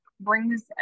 brings